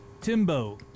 Timbo